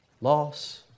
loss